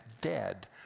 dead